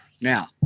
now